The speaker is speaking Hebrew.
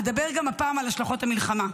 אדבר גם הפעם על השלכות המלחמה.